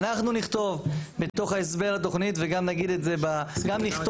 אנחנו נכתוב בתוך ההסבר לתכנית וגם נגיד את זה --- הסכום